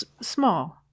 small